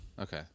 Okay